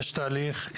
יש תהליך,